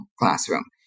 classroom